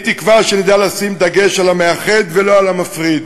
אני תקווה שנדע לשים דגש על המאחד ולא על המפריד